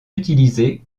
utilisés